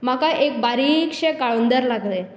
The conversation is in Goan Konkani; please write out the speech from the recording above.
म्हाका एक बारीकशें काळुंदर लागलें